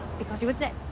because he was dead.